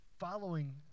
following